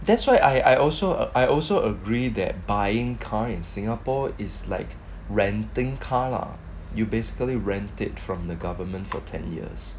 that's why I also I also agree that buying car in singapore is like renting car lah you basically rent it from the government for ten years